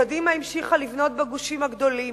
קדימה המשיכה לבנות בגושים הגדולים,